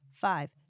five